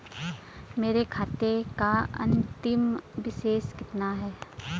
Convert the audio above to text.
मेरे खाते का अंतिम अवशेष कितना है?